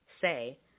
Say